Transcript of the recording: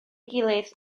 gilydd